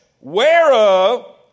whereof